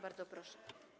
Bardzo proszę.